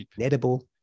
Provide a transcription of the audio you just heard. edible